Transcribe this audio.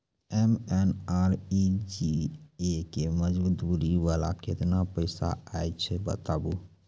MNREGA के मज़दूरी वाला केतना पैसा आयल छै बताबू?